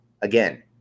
again